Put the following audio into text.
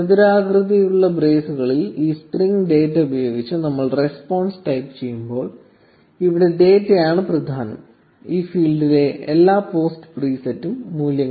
ചതുരാകൃതിയിലുള്ള ബ്രേസുകളിൽ ഈ സ്ട്രിംഗ് ഡാറ്റ ഉപയോഗിച്ച് നമ്മൾ റെസ്പോൺസ് ടൈപ്പ് ചെയ്യുമ്പോൾ ഇവിടെയുള്ള ഡാറ്റയാണ് പ്രധാനം ഈ ഫീൽഡിലെ എല്ലാ പോസ്റ്റ് പ്രീസെറ്റും മൂല്യങ്ങളാണ്